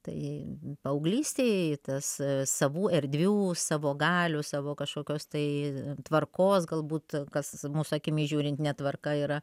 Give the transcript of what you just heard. tai paauglystėj tas savų erdvių savo galių savo kažkokios tai tvarkos galbūt kas mūsų akimis žiūrint netvarka yra